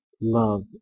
love